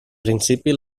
principi